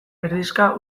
erdizka